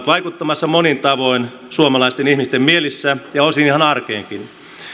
vaikuttamassa monin tavoin suomalaisten ihmisten mielissä ja osin ihan arkeenkin